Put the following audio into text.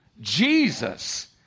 Jesus